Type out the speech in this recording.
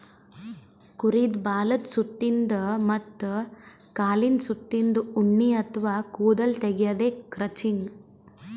ಕುರಿದ್ ಬಾಲದ್ ಸುತ್ತಿನ್ದ ಮತ್ತ್ ಕಾಲಿಂದ್ ಸುತ್ತಿನ್ದ ಉಣ್ಣಿ ಅಥವಾ ಕೂದಲ್ ತೆಗ್ಯದೆ ಕ್ರಚಿಂಗ್